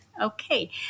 Okay